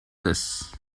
this